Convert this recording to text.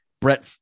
Brett